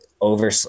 over